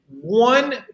one